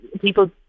people